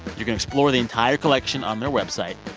you can explore the entire collection on their website.